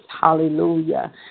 hallelujah